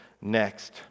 next